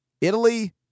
Italy